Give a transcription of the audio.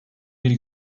bir